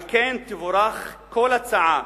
על כן תבורך כל הצעה